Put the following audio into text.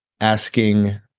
asking